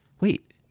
Wait